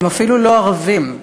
הם אפילו לא ערבים,